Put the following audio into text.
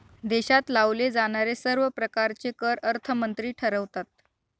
देशात लावले जाणारे सर्व प्रकारचे कर अर्थमंत्री ठरवतात